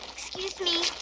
excuse me.